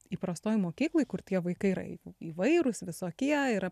įprastoj mokykloj kur tie vaikai yra įvairūs visokie yra